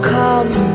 come